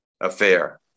affair